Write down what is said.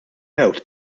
mewt